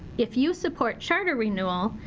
if you support charter renewal,